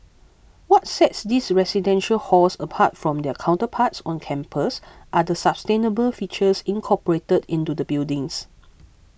what sets these residential halls apart from their counterparts on campus are the sustainable features incorporated into the buildings